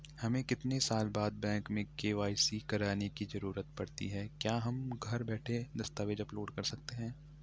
हमें कितने साल बाद बैंक में के.वाई.सी करवाने की जरूरत पड़ती है क्या हम घर बैठे दस्तावेज़ अपलोड कर सकते हैं?